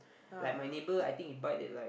like my neighbour I think he buy at like